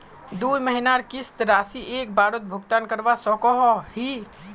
दुई महीनार किस्त राशि एक बारोत भुगतान करवा सकोहो ही?